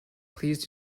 please